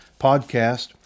podcast